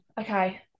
okay